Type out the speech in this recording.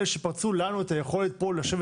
אלה שפרצו לנו את הדרך ואת היכולת לשבת